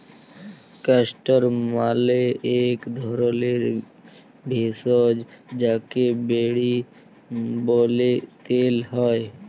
castor মালে এক ধরলের ভেষজ যাকে রেড়ি ব্যলে তেল হ্যয়